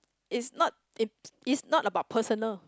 it's not it's not about personal